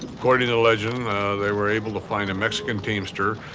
according to legend they were able to find a mexican teamster,